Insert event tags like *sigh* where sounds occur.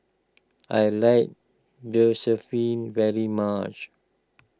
I like *unintelligible* very much